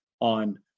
on